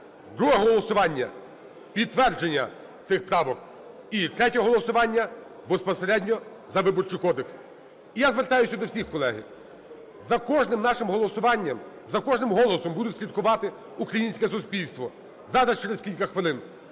Друге голосування – підтвердження цих правок. І третє голосування безпосередньо за Виборчий кодекс. І я звертаюсь до всіх, колеги. За кожним нашим голосуванням, за кожним голосом буде слідкувати українське суспільство. Зараз, через кілька хвилин…